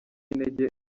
intege